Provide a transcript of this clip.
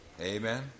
Amen